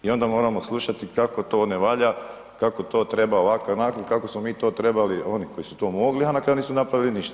I onda moramo slušati kako to ne valja, kako to treba ovako i onako, kako smo mi to trebali, oni koji su to mogli, a na kraju nisu napravili ništa.